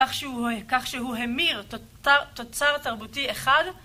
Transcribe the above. כך שהוא המיר תוצר תרבותי אחד.